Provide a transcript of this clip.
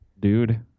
dude